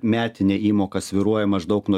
metinė įmoka svyruoja maždaug nuo